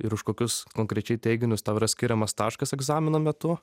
ir už kokius konkrečiai teiginius tau yra skiriamas taškas egzamino metu